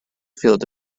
field